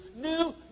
new